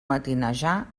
matinejar